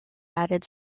added